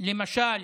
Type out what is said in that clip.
למשל